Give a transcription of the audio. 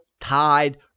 tide